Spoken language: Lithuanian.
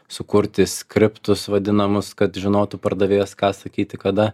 sukurti skriptus vadinamus kad žinotų pardavėjas ką sakyti kada